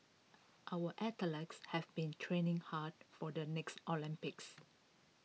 our have been training hard for the next Olympics